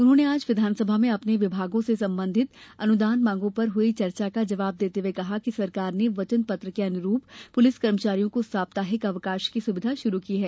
उन्होंने आज विधानसभा में अपने विभागों से संबंधित अनुदान मांगों पर हुई चर्चा का जवाब देते हुये कहा कि सरकार ने वचन पत्र के अनुरूप पुलिस कर्मचारियों को साप्ताहिक अवकाश की सुविधा शुरू की है